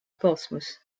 portsmouth